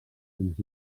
fins